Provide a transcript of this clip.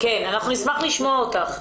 כן, אנחנו נשמח לשמוע אותך,